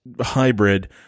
hybrid